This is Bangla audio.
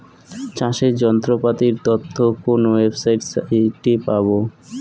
চাষের যন্ত্রপাতির তথ্য কোন ওয়েবসাইট সাইটে পাব?